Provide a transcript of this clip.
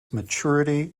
maturity